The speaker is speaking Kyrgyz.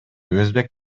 өзбек